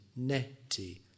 neti